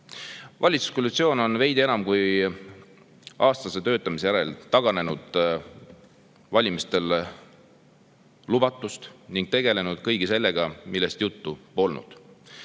küsimus. Valitsuskoalitsioon on veidi enam kui aastase töötamise järel taganenud valimistel lubatust ning tegelenud kõige sellega, millest juttu polnud.